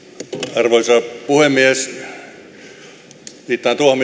arvoisa puhemies viittaan tuohon